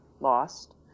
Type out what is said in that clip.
lost